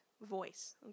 voice